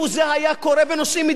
זה לב לבו של העניין,